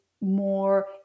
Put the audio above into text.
more